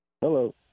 Hello